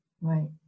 right